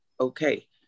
okay